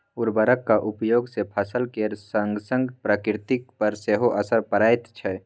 उर्वरकक उपयोग सँ फसल केर संगसंग प्रकृति पर सेहो असर पड़ैत छै